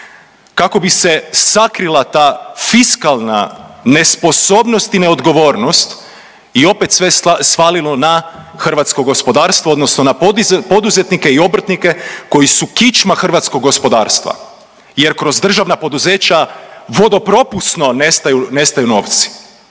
kako bi se sakrila ta fiskalna nesposobnost i neodgovornost i opet sve svalilo na hrvatsko gospodarstvo odnosno na poduzetnike i obrtnike koji su kičma hrvatskog gospodarstva jer kroz državna poduzeća vodopropusno nestaju novci.